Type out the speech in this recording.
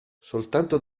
soltanto